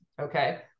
okay